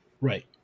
Right